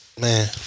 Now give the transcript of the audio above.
man